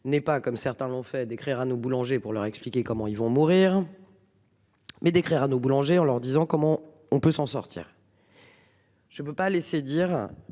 n'est pas comme certains l'ont fait d'écrire à nos boulangers pour leur expliquer comment ils vont mourir. Mais d'écrire à nos boulangers en leur disant comment on peut s'en sortir. Je ne peux pas laisser dire.